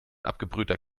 abgebrühter